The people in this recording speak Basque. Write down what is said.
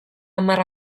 hamar